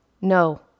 No